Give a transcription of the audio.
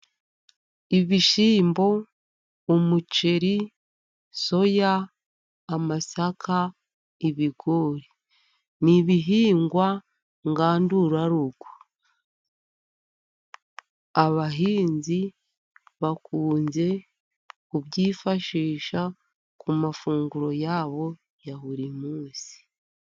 Ibishyimbo, umuceri, soya, amasaka, ibigori ni ibihingwa ngandurarugo, abahinzi bakunze kubyifashisha ku mafunguro yabo ya buri munsi.